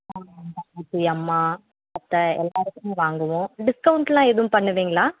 என் தங்கச்சி அம்மா அத்தை எல்லாருக்குமே வாங்கணும் டிஸ்கௌண்ட்லாம் எதுவும் பண்ணுவீங்களா